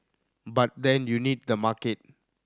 but then you need the market